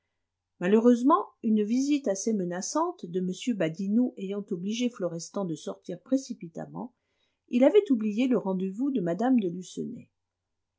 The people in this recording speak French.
malheureusement une visite assez menaçante de m badinot ayant obligé florestan de sortir précipitamment il avait oublié le rendez-vous de mme de